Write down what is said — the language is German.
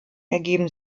ergeben